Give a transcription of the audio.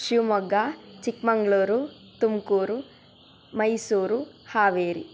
Shivamogga Chikkamagaluru Tumakuru Mysuru Haveri